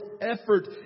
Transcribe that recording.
effort